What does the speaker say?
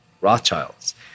Rothschilds